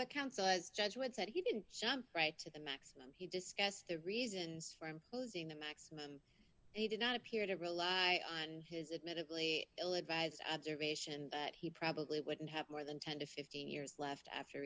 account size judgment that he didn't sound right to the maximum he discussed the reasons for i'm closing the maximum and he did not appear to rely on his admittedly ill advised admiration that he probably wouldn't have more than ten to fifteen years left after